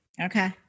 Okay